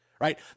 Right